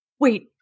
Wait